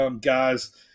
guys